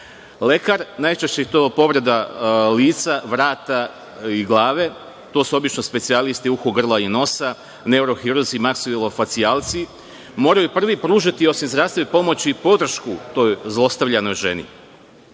najčešće je to povreda lica, vrata i glave, to su obično specijalisti uha, grla i nosa, neurohirurzi, maksiofacijalci, moraju prvi pružiti, osim zdravstvene pomoći, i podršku toj zlostavljenoj ženi.